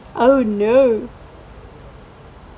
oh no